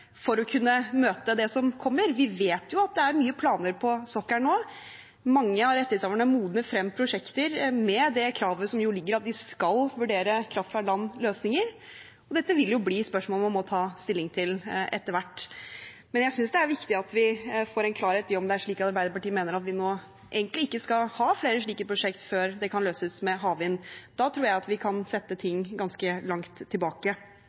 for å kunne møte det som kommer. Vi vet jo at det er mange planer på sokkelen nå. Mange av rettighetshaverne modner frem prosjekter med det kravet som ligger om at vi skal vurdere kraft-fra-land-løsninger, og dette vil det jo bli spørsmål om å ta stilling til etter hvert. Jeg synes det er viktig at vi får en klarhet i om Arbeiderpartiet mener at vi nå egentlig ikke skal ha flere slike prosjekt før det kan løses med havvind, for da tror jeg at vi kan sette ting ganske langt tilbake.